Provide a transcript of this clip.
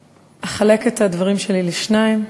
אחלק את הדברים שלי לשניים.